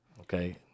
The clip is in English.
okay